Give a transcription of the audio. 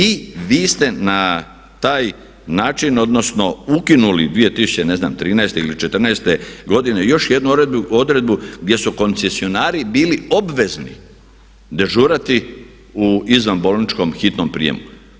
I vi ste na taj način odnosno ukinuli 2013. ne znam, ili 2014. godine još jednu odredbu gdje su koncesionari bili obvezni dežurati u izvanbolničkom hitnom prijemu.